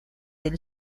del